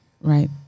Right